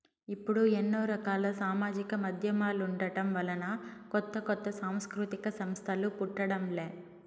ఇప్పుడు ఎన్నో రకాల సామాజిక మాధ్యమాలుండటం వలన కొత్త కొత్త సాంస్కృతిక సంస్థలు పుట్టడం లే